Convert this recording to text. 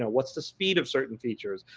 know, what is the speed of certain features,